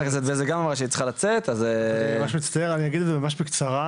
אני ממש מצטער ואני אגיד את זה ממש בקצרה.